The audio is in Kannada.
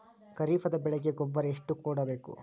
ಖರೀಪದ ಬೆಳೆಗೆ ಗೊಬ್ಬರ ಎಷ್ಟು ಕೂಡಬೇಕು?